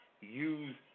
use